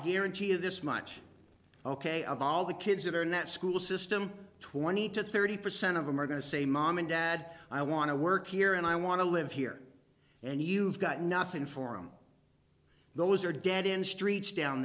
guarantee you this much ok of all the kids that are net school system twenty to thirty percent of them are going to say mom and dad i want to work here and i want to live here and you've got nothing form those are dead end streets down